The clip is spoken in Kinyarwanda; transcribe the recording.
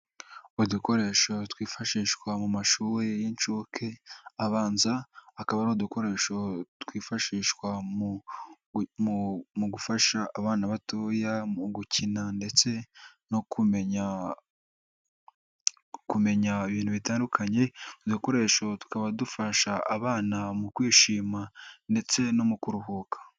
Udukoresho twifashishwa mu mashuri y'inshuke, abanza, akaba ari udukoresho twifashishwa mu gufasha abana batoya, mu gukina ndetse no kumenya ibintu bitandukanye, udukoresho tukaba dufasha abana mu kwishima ndetse no mu kuruhuka.